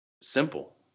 Simple